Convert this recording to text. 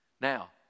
Now